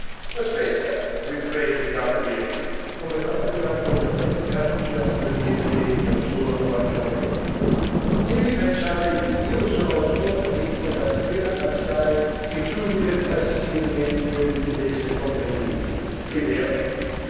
aspetta riprese gabriele come abbagliato dall'efficacia stringente del suo ragionamento devi pensare che io sono tuo amico da prima assai che tu diventassi il medico di codesta compagnia è vero